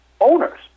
owners